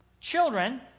Children